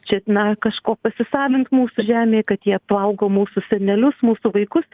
čia na kažko pasisavint mūsų žemėje kad jie apvalgo mūsų senelius mūsų vaikus